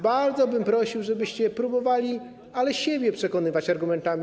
Bardzo bym prosił, żebyście próbowali - ale siebie przekonywać argumentami.